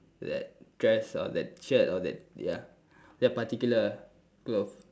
that dress or that shirt or that ya that particular cloth